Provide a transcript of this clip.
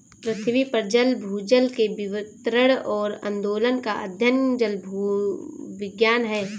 पृथ्वी पर जल भूजल के वितरण और आंदोलन का अध्ययन जलभूविज्ञान है